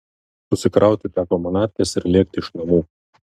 susikrauti teko manatkes ir lėkti iš namų